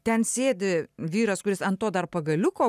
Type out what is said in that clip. ten sėdi vyras kuris ant to dar pagaliuko